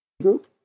group